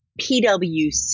PwC